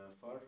far